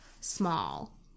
small